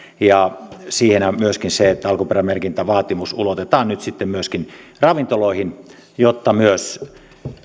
ja myöskin se että alkuperämerkintävaatimus ulotetaan nyt sitten myöskin ravintoloihin jotta myös